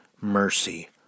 mercy